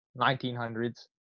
1900s